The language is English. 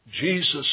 Jesus